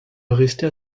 restait